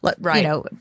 Right